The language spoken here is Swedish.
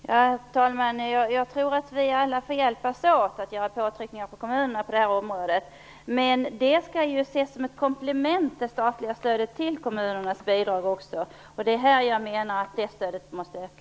Herr talman! Jag tror att vi alla får hjälpas åt med påtryckningar på kommunerna på det här området. Det statliga stödet skall ju också ses som ett komplement till kommunernas bidrag, och jag menar därför att det statliga stödet måste öka.